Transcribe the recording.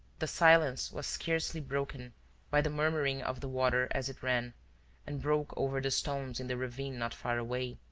the silence was scarcely broken by the murmuring of the water as it ran and broke over the stones in the ravine not far away,